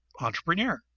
entrepreneur